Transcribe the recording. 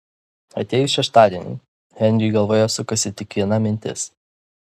atėjus šeštadieniui henriui galvoje sukosi tik viena mintis